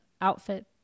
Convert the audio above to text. outfit